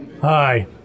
Hi